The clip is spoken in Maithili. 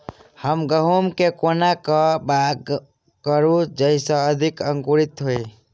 हम गहूम केँ कोना कऽ बाउग करू जयस अधिक अंकुरित होइ?